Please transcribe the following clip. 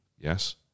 Yes